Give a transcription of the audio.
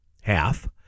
half